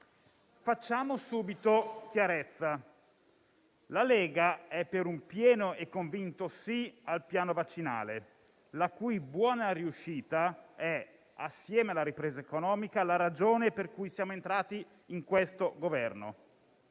facciamo subito chiarezza: la Lega è per un pieno e convinto sì al piano vaccinale, la cui buona riuscita è, assieme alla ripresa economica, la ragione per cui siamo entrati in questo Governo.